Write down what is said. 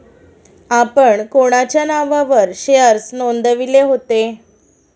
आपण कोणाच्या नावावर शेअर्स नोंदविले होते?